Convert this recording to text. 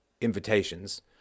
invitations